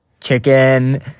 chicken